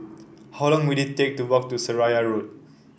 how long will it take to walk to Seraya Road